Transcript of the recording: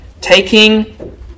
Taking